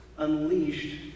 Unleashed